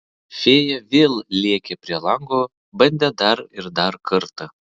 fėja vėl lėkė prie lango bandė dar ir dar kartą